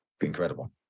incredible